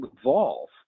evolve